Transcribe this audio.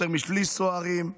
יותר משליש מהסוהרים.